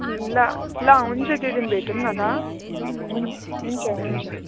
ल ल हुन्छ त्यो दिन भेटौँ न ल हुन् हुन्छ हुन्छ